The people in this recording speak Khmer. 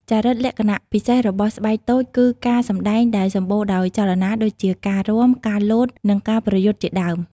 ចរិតលក្ខណៈពិសេសរបស់ស្បែកតូចគឺការសម្ដែងដែលសម្បូរដោយចលនា ដូចជាការរាំ ការលោត និងការប្រយុទ្ធជាដើម។